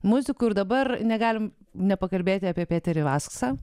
muziku ir dabar negalim nepakalbėti apie peterį vasksą